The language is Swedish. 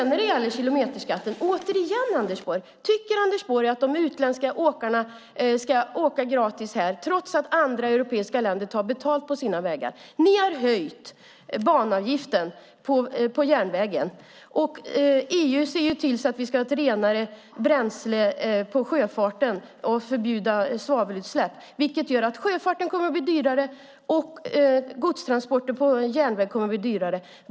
När det gäller kilometerskatten: Tycker Anders Borg att de utländska åkarna ska åka gratis här, trots att andra europeiska länder tar betalt på sina vägar? Ni har höjt banavgiften på järnvägen. EU ser till att vi ska ha ett renare bränsle i sjöfarten och förbjuda svavelutsläpp. Detta gör att sjöfarten och godstransporten på järnväg kommer att bli dyrare.